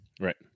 right